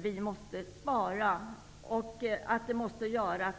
vi måste spara och varför.